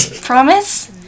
promise